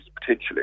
potentially